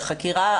על חקירה,